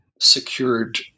secured